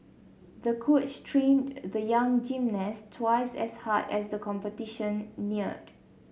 the coach trained the young gymnast twice as hard as the competition neared